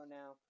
now